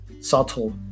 subtle